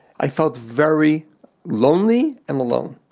i felt very lonely and alone.